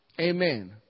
Amen